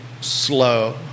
slow